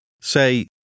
Say